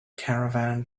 caravan